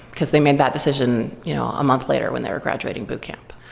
because they made that decision you know a month later when they were graduating boot camp.